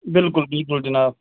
بِلکُل بِلکُل جِناب